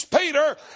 Peter